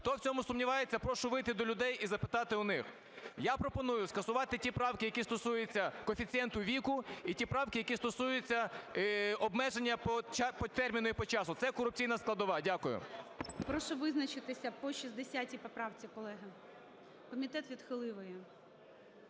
Хто в цьому сумнівається, прошу вийти до людей і запитати у них. Я пропоную скасувати ті правки, які стосуються коефіцієнту віку, і ті правки, які стосуються обмеження по терміну і по часу, це корупційна складова. Дякую. ГОЛОВУЮЧИЙ. Прошу визначитися по 60 поправці, колеги. Комітет відхилив